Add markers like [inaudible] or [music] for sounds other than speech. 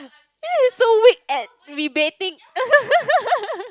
then you so weak at debating [laughs]